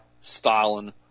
Stalin